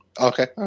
okay